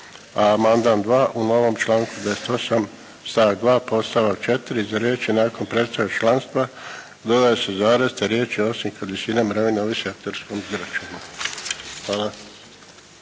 a amandman 2 u novom članku 28. stavak 2. podstavak 4. iza riječi "nakon prestanka članstva" dodaje se zarez, te riječi osim kod visine mirovine ovisi o …/Govornik se ne razumije./… Hvala.